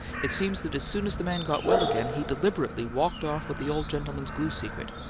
it seems that as soon as the man got well again he deliberately walked off with the old gentleman's glue secret.